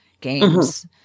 games